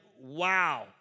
wow